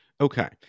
Okay